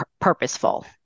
purposeful